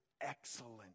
excellent